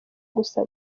gusa